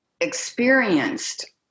experienced